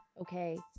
Okay